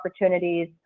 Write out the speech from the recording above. opportunities